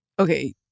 Okay